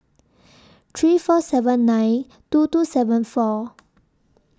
three four seven nine two two seven four